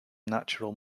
natural